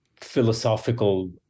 philosophical